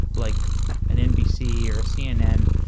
like an nbc or a cnn,